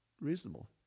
reasonable